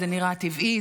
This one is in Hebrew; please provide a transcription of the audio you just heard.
זה נראה טבעי,